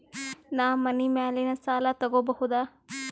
ನಾ ಮನಿ ಮ್ಯಾಲಿನ ಸಾಲ ತಗೋಬಹುದಾ?